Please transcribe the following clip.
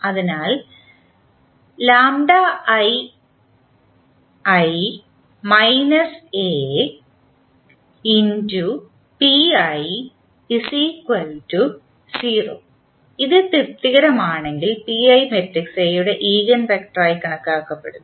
അതിനാൽ ഇത് തൃപ്തികരമാണെങ്കിൽ മട്രിക്സ് A യുടെ ഈഗൻ വെക്ടറായി കണക്കാക്കപ്പെടുന്നു